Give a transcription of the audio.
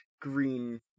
green